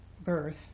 birth